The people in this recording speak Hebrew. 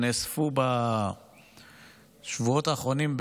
בשבועות האחרונים,